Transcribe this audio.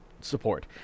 support